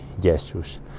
Jesus